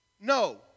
No